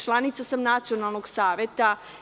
Članica sam Nacionalnog saveta.